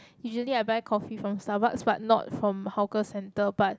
usually I buy coffee from Starbucks but not from hawker centre but